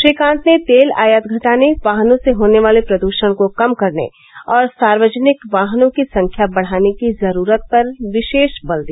श्री कांत ने तेल आयात घटाने वाहनों से होने वाले प्रद्षण को कम करने और सावर्जनिक वाहनों की संख्या बढ़ाने की जरूरत पर विशेष बल दिया